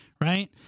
right